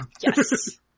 Yes